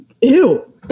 Ew